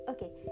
Okay